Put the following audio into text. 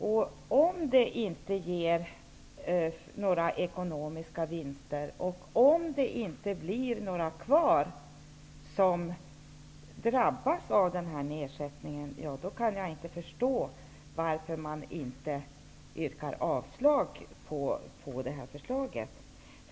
Om detta förslag inte ger några ekonomiska vinster och ingen kommer att drabbas av nedsättningen, kan jag inte förstå varför man inte yrkar avslag på förslaget.